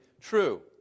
true